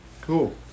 Cool